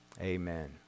amen